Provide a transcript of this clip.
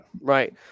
Right